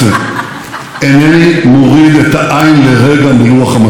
והמטרה החשובה ביותר היא לבלום את התוקפנות של איראן,